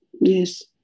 Yes